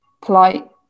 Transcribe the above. polite